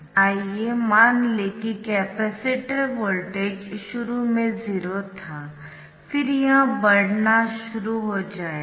आइए मान लें कि कैपेसिटर वोल्टेज शुरू में 0 था फिर यह बढ़ना शुरू हो जाएगा